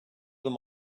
them